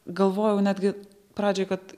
galvojau netgi pradžioj kad